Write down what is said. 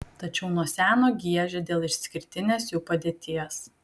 tačiau nuo seno giežė dėl išskirtinės jų padėties